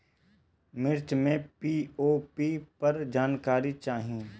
मिर्च मे पी.ओ.पी पर जानकारी चाही?